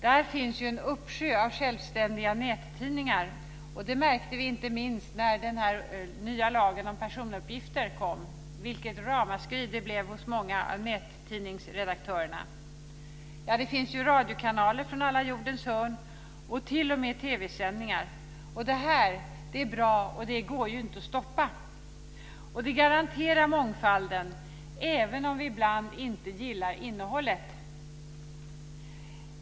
Där finns en uppsjö av självständiga nättidningar. Det märkte vi inte minst när den nya lagen om personuppgifter kom. Vilket ramaskri det blev hos många nättidningsredaktörer! Det finns radiokanaler från alla jordens hörn, och det finns t.o.m. TV-sändningar. Det är bra, och det går inte att stoppa. Det garanterar mångfalden, även om vi ibland inte gillar innehållet.